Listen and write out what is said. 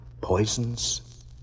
poisons